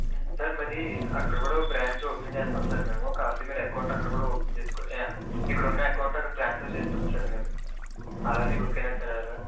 sir మీది అక్కడ కూడా ఓక బ్రాంచ్ ఓపెన్ చేస్తాము సార్ మేము కావాలంటే మీరు అకౌంట్ అక్కడ కూడా ఓపెన్ చేసుకో యా ఇక్కడున్న అకౌంట్ అక్కడికి ట్రాన్స్ఫర్ చేసుకోవచ్చు సార్ మీరు అలా మీకు ఓకేనా సార్